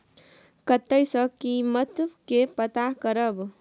कतय सॅ कीमत के पता करब?